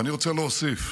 ואני רוצה להוסיף: